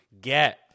get